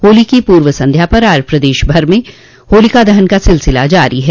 होली की पूर्व संध्या पर आज प्रदेश भर में होलिका दहन का सिलसिला जारी है